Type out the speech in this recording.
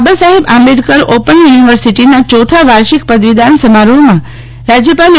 Babasaheb Ambedkar open યુનિવર્સિટીના ચોથા વાર્ષિક પદવીદાન સમારોહમાં રાજ્યપાલ ઓ